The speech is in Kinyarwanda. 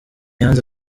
yanze